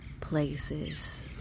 places